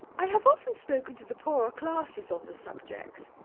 i have often spoken to the poorer classes on the subject.